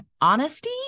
honesty